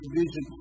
vision